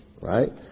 Right